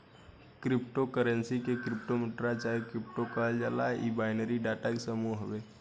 crypto currency के crypto मुद्रा चाहे क्रिप्टो कहल जाला इ बाइनरी डाटा के समूह हवे